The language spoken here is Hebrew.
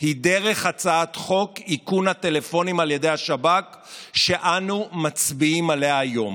היא דרך הצעת חוק איכון הטלפונים על ידי השב"כ שאנו מצביעים עליה היום.